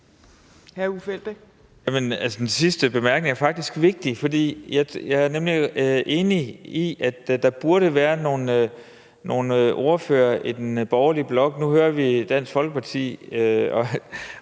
12:27 Uffe Elbæk (ALT): Den sidste bemærkning er faktisk vigtig, for jeg er nemlig enig i, at der burde være nogle ordførere i den borgerlige blok til at bygge bro. Nu hørte vi Dansk Folkeparti,